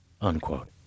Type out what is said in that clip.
unquote